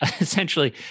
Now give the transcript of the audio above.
essentially